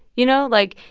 you know? like,